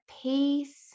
peace